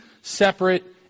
separate